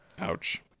Ouch